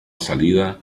salida